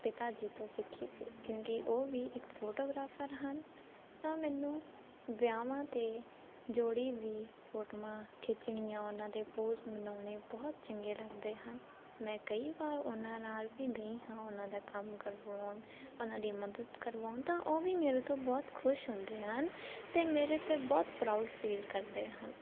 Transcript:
ਪਿਤਾ ਜੀ ਤੋਂ ਸਿੱਖੀ ਸੀ ਕਿਉਂਕਿ ਉਹ ਵੀ ਇੱਕ ਫੋਟੋਗ੍ਰਾਫਰ ਹਨ ਤਾਂ ਮੈਨੂੰ ਵਿਆਹਾਂ 'ਤੇ ਜੋੜੀ ਵੀ ਫੋਟੋਆਂ ਖਿੱਚਣੀਆਂ ਉਹਨਾਂ ਦੇ ਪੋਜ਼ ਬਣਾਉਣੇ ਬਹੁਤ ਚੰਗੇ ਲੱਗਦੇ ਹਨ ਮੈਂ ਕਈ ਵਾਰ ਉਹਨਾਂ ਨਾਲ ਵੀ ਗਈ ਹਾਂ ਉਹਨਾਂ ਦਾ ਕੰਮ ਕਰਵਾਉਣ ਉਹਨਾਂ ਦੀ ਮਦਦ ਕਰਵਾਉਣ ਤਾਂ ਉਹ ਵੀ ਮੇਰੇ ਤੋਂ ਬਹੁਤ ਖੁਸ਼ ਹੁੰਦੇ ਹਨ ਅਤੇ ਮੇਰੇ 'ਤੇ ਬਹੁਤ ਪਰਾਊਡ ਫੀਲ ਕਰਦੇ ਹਨ